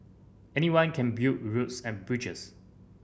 anyone can build roods and bridges